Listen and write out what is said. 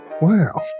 Wow